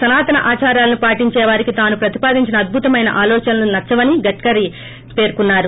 సనాతన ఆచారాలను పాటించే వారికి తాను ప్రతిపాదించిన అద్భుతమైన ఆలోచనలు నచ్చవని గడ్కరీ పేర్కొన్నారు